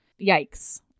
Yikes